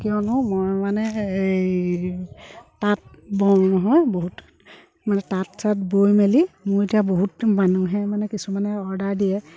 কিয়নো মই মানে এই তাঁত বওঁ নহয় বহুত মানে তাঁত চাত বৈ মেলি মোৰ এতিয়া বহুত মানুহে মানে কিছুমানে অৰ্ডাৰ দিয়ে